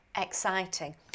exciting